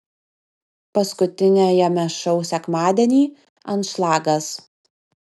paskutiniajame šou sekmadienį anšlagas